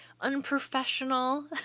unprofessional